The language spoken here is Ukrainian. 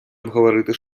обговорити